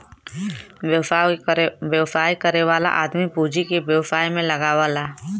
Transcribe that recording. व्यवसाय करे वाला आदमी पूँजी के व्यवसाय में लगावला